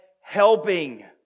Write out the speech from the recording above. helping